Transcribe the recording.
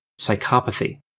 psychopathy